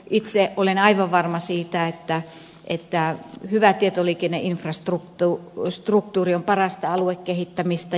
itse olen aivan varma siitä että hyvä tietoliikenneinfrastruktuuri on parasta aluekehittämistä